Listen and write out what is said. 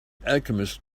alchemist